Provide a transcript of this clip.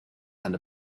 and